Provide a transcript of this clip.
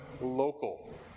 local